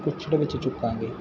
ਚੁਕਾਂਗੇ